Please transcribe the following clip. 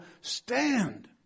stand